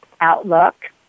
outlook